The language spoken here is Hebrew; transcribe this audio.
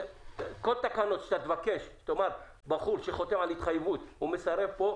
כל תקנות שאתה תבקש ותאמר שבחור שחותם על התחייבות ומסרב פה,